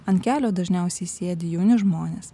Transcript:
ant kelio dažniausiai sėdi jauni žmonės